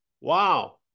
Wow